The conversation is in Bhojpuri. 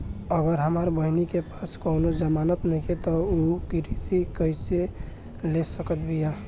अगर हमार बहिन के पास कउनों जमानत नइखें त उ कृषि ऋण कइसे ले सकत बिया?